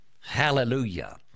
Hallelujah